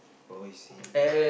oh I see